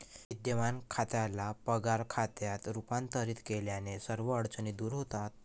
विद्यमान खात्याला पगार खात्यात रूपांतरित केल्याने सर्व अडचणी दूर होतात